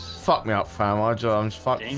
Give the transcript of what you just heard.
fuck me out farmer jones fuck